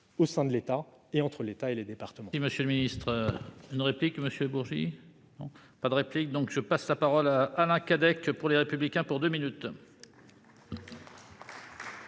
au sein de l'État qu'entre l'État et les départements.